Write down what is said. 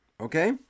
okay